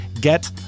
Get